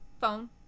phone